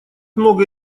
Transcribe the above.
много